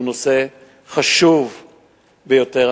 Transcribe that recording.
הוא נושא חשוב ביותר.